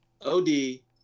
O-D